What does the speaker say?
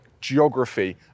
geography